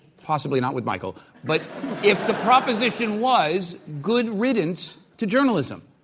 possibly not with michael but if the proposition was, good riddance to journalism.